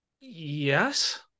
Yes